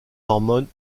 hormones